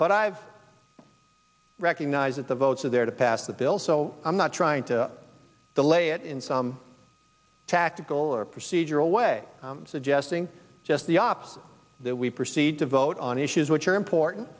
but i've recognize that the votes are there to pass the bill so i'm not trying to delay it in some tactical or procedural way suggesting just the opposite that we proceed to vote on issues which are important